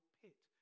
pit